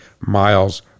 miles